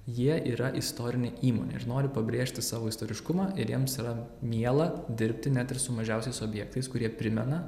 jie yra istorinė įmonė ir nori pabrėžti savo istoriškumą ir jiems yra miela dirbti net ir su mažiausiais objektais kurie primena